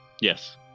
Yes